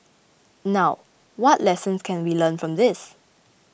now what lessons can we learn from this